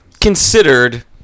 considered